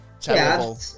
terrible